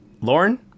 Lauren